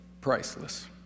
priceless